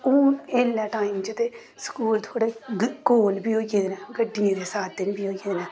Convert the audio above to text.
हून एल्लै टाइम च ते स्कूल थोह्ड़े कोल बी होई गेदे न गड्डियें दे साधन बी होई गे न